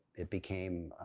it became